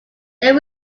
then